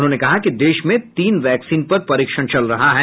उन्होंने कहा कि देश में तीन वैक्सीन पर परीक्षण चल रहा है